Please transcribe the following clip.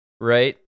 right